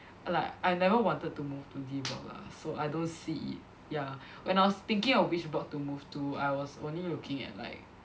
like I never wanted to move to D block lah so I don't see ya when I was thinking of which block to move to I was only looking at like